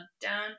down